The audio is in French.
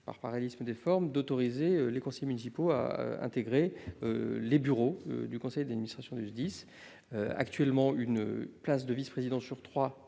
adjoints, il est logique d'autoriser les conseillers municipaux à intégrer le bureau du conseil d'administration du SDIS. Actuellement, une place de vice-président sur les